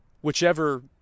Whichever